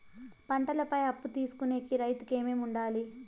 పంటల పై అప్పు తీసుకొనేకి రైతుకు ఏమేమి వుండాలి?